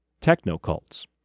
techno-cults